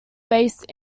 based